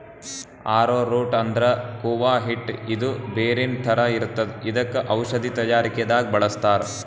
ಆರೊ root ಅಂದ್ರ ಕೂವ ಹಿಟ್ಟ್ ಇದು ಬೇರಿನ್ ಥರ ಇರ್ತದ್ ಇದಕ್ಕ್ ಔಷಧಿ ತಯಾರಿಕೆ ದಾಗ್ ಬಳಸ್ತಾರ್